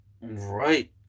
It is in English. right